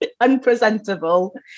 unpresentable